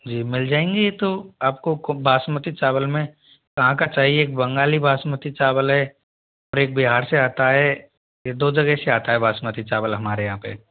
जी मिल जाएंगे ये तो आपको को बासमती चावल में कहाँ का चाहिए बंगाली बासमती चावल है और एक बिहार से आता है एक दो जगह से आता है बासमती चावल हमारे यहाँ पे